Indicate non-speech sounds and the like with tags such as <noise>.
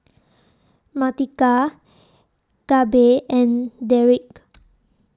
Martika Gabe and Derik <noise>